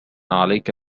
عليك